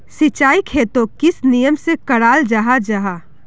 सिंचाई खेतोक किस नियम से कराल जाहा जाहा?